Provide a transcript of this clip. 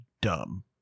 dumb